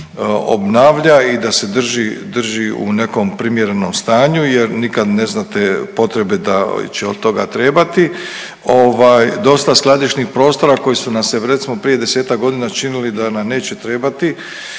obnavlja i da se drži, drži u nekom primjerenom stanju jer nikad ne znate potrebe da li će od toga treba. Ovaj dosta skladišnih prostora koji su nam se recimo prije 10-ak godina činili da nam neće trebati